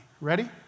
Ready